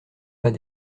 pas